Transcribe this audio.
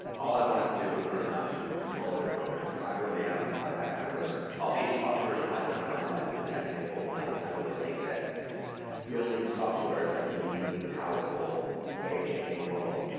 all i wanted to do was learn how to control it and program it. i really am that kind of person. all the entrepreneurship i've done in my life has been tech-enabled and i i really think that building software is like a uniquely powerful way of changing the world,